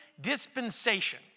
dispensation